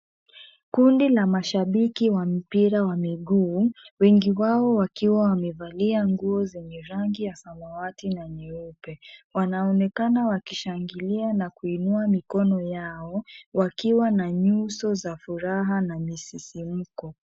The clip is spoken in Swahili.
Kundi la mashabiki wa mpira wa miguu ,wengi wao wakiwa wamevalia nguo zenye rangi ya samawati na nyeupe ,wanaonekana wakishangilia na kuinua mikono yao, wakiwa na nyuso za furaha na msisimko .